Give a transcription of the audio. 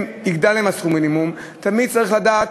יגדל להם סכום שכר המינימום, תמיד צריך לדעת